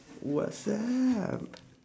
WhatsApp